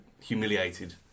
humiliated